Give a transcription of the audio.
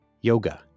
Yoga